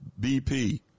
BP